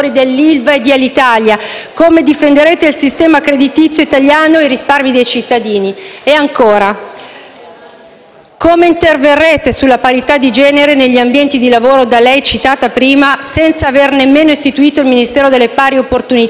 Come difenderete il sistema creditizio italiano e i risparmi dei cittadini? E, ancora, come interverrete sulla parità di genere negli ambienti di lavoro, da lei citata prima, senza avere nemmeno istituito il Ministero per le pari opportunità?